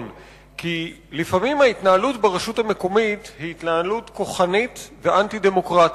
לפעמים ההתנהלות ברשות המקומית היא התנהלות כוחנית ואנטי-דמוקרטית.